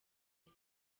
ngo